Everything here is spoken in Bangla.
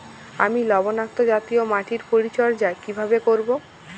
আমি লবণাক্ত জাতীয় মাটির পরিচর্যা কিভাবে করব?